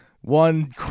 one